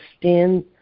stand